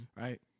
right